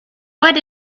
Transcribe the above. what